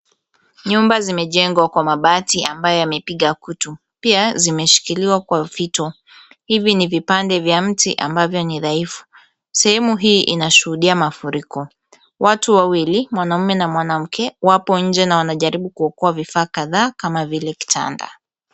Nyumba zimejengwa kwa mabati ambayo yamepiga kutu. Pia zimeshikiliwa kwa fito. Hivi ni vipande vya mti ambavyo ni dhaifu. Sehemu hii inashuhudia mafuriko. Watu wawili, mwanaume na mwanamke wapo nje na wanajaribu kuokoa vifaa kadhaa kama vile kitanda.